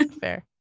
fair